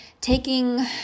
taking